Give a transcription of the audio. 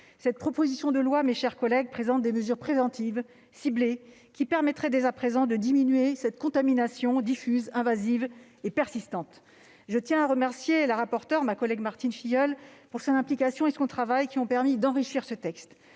Cette proposition de loi présente des mesures préventives et ciblées qui permettraient, dès à présent, de diminuer cette contamination diffuse, invasive et persistante. Je tiens à remercier la rapporteure, ma collègue Martine Filleul, de son implication et de son travail, qui ont permis d'enrichir ce texte.